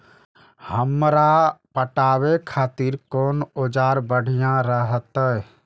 हमरा पटावे खातिर कोन औजार बढ़िया रहते?